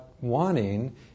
wanting